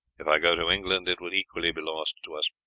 if i go to england, it would equally be lost to us.